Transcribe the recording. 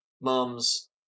Mums